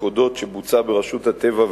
רצוני לשאול: 1. האם נכון הדבר?